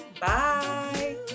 bye